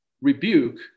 rebuke